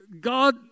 God